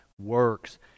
works